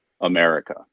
America